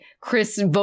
Chris